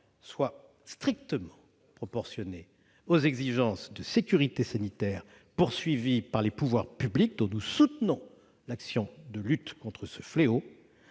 soient strictement proportionnés aux objectifs de sécurité sanitaire des pouvoirs publics, dont nous soutenons l'action de lutte contre ce fléau,